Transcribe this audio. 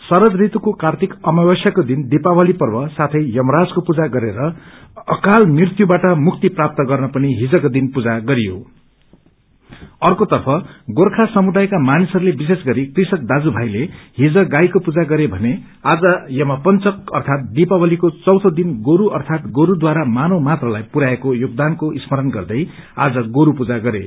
शरद ऋतुको कार्तिक अमवस्याको दिनदीपावली पर्व साथै यमराजको पूजा गरेर अकाल मृत्युबाट मुक्ति प्राप्त गर्न पनि हिजको दिन पूजा गरियो अर्कोतर्फ गोर्खा समुदायका मानिसहरूले विशेष गरि कृषक दाज्यू भाईले हिज गाईको पूजा गरे भने आज यम पंचक अर्थात दीपावलीको चौथे दिन गोरू अर्थात गोरूद्वारा मानव मात्रलाई पुर्याईएको योगदानको स्मरण गर्दै आज गोरू पूजा गरे